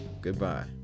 Goodbye